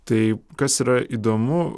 tai kas yra įdomu